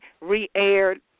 re-aired